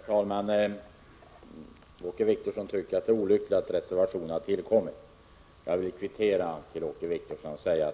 Herr talman! Helt kort: Åke Wictorsson tycker att det är olyckligt att reservationen har tillkommit. Jag vill kvittera och till Åke Wictorsson säga: